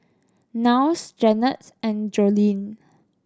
Niles Jannette and Joleen